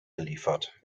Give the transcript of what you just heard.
geliefert